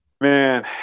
Man